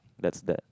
that's that